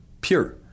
pure